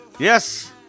Yes